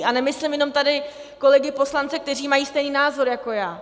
A nemyslím jenom tady kolegy poslance, kteří mají stejný názor jako já.